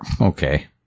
Okay